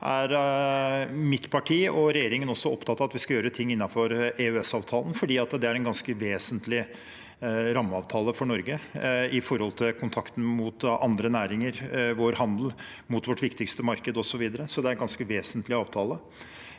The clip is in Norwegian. mitt parti og regjeringen også opptatt av at vi skal gjøre ting innenfor EØS-avtalen, fordi det er en ganske vesentlig rammeavtale for Norge med tanke på kontakten mot andre næringer, vår handel mot vårt viktigste marked osv. Det er en ganske vesentlig avtale.